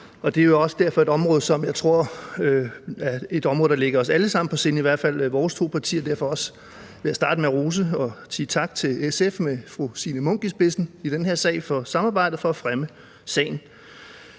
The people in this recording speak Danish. Det er også et område, som jeg tror ligger os alle sammen på sinde, i hvert fald vores to partier, og derfor vil jeg også starte med at rose SF og sige tak til dem med fru Signe Munk i spidsen i den her sag for samarbejdet om at fremme sagen.